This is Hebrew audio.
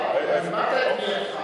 היא, הבעת את תמיהתך.